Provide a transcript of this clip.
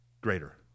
greater